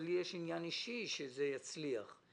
לי יש עניין אישי שזה יצליח כי